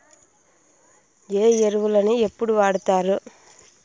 ఏ ఎరువులని ఎప్పుడు వాడుతారు?